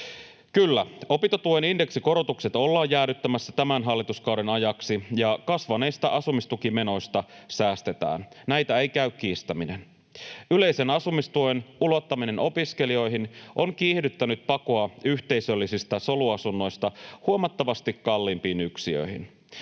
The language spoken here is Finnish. Kyllä, opintotuen indeksikorotukset ollaan jäädyttämässä tämän hallituskauden ajaksi, ja kasvaneista asumistukimenoista säästetään. Näitä ei käy kiistäminen. Yleisen asumistuen ulottaminen opiskelijoihin on kiihdyttänyt pakoa yhteisöllisistä soluasunnoista huomattavasti kalliimpiin yksiöihin.